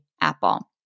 Apple